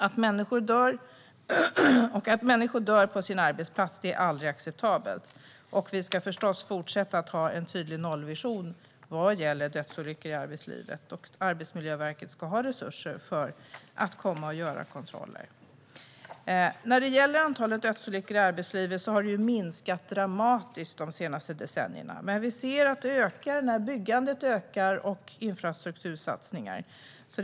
Att människor dör på sin arbetsplats är aldrig acceptabelt. Vi ska förstås fortsätta att ha en tydlig nollvision vad gäller dödsolyckor i arbetslivet. Arbetsmiljöverket ska ha resurser för att komma och göra kontroller. När det gäller antalet dödsolyckor i arbetslivet har det minskat dramatiskt de senaste decennierna. Men vi ser att det ökar när byggandet och infrastruktursatsningar ökar.